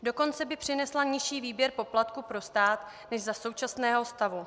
Dokonce by přinesla nižší výběr poplatků pro stát než za současného stavu.